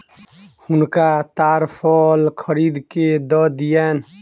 हुनका ताड़ फल खरीद के दअ दियौन